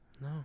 No